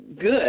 good